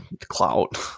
clout